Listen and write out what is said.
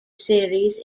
series